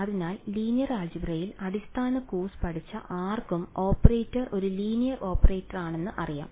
അതിനാൽ ലീനിയർ ആൾജിബ്രയിൽ അടിസ്ഥാന കോഴ്സ് പഠിച്ച ആർക്കും ഓപ്പറേറ്റർ ഒരു ലീനിയർ ഓപ്പറേറ്ററാണെന്ന് അറിയാം